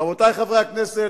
רבותי חברי הכנסת,